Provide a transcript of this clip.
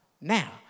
now